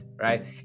right